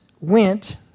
went